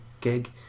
gig